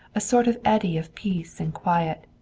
a sort of eddy of peace and quiet.